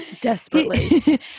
Desperately